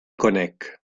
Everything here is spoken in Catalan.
conec